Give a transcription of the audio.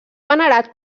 venerat